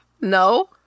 No